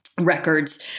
records